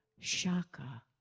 Shaka